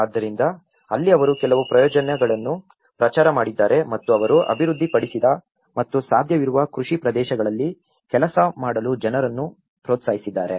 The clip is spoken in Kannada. ಆದ್ದರಿಂದ ಅಲ್ಲಿ ಅವರು ಕೆಲವು ಯೋಜನೆಗಳನ್ನು ಪ್ರಚಾರ ಮಾಡಿದ್ದಾರೆ ಮತ್ತು ಅವರು ಅಭಿವೃದ್ಧಿಪಡಿಸಿದ ಮತ್ತು ಸಾಧ್ಯವಿರುವ ಕೃಷಿ ಪ್ರದೇಶಗಳಲ್ಲಿ ಕೆಲಸ ಮಾಡಲು ಜನರನ್ನು ಪ್ರೋತ್ಸಾಹಿಸಿದ್ದಾರೆ